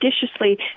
judiciously